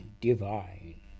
divine